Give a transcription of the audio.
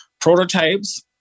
prototypes